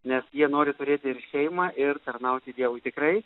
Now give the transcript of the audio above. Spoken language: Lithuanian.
nes jie nori turėti ir šeimą ir tarnauti dievui tikrai